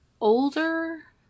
older